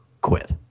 quit